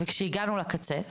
וכשהגענו לקצה,